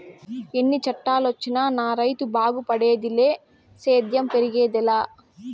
ఎన్ని చట్టాలొచ్చినా నా రైతు బాగుపడేదిలే సేద్యం పెరిగేదెలా